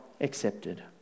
accepted